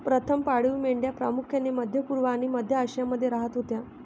प्रथम पाळीव मेंढ्या प्रामुख्याने मध्य पूर्व आणि मध्य आशियामध्ये राहत होत्या